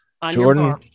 Jordan